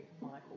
Michael